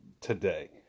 today